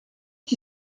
qui